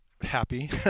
happy